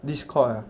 discord ah